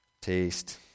taste